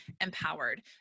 empowered